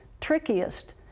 trickiest